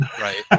right